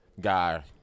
guy